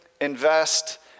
invest